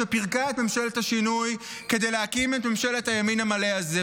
שפירקה את ממשלת השינוי כדי להקים את ממשלת הימין המלא הזה,